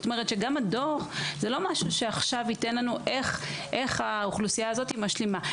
זאת אומרת גם הדוח זה לא משהו שייתן לנו איך האוכלוסייה הזאת משלימה.